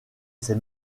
ses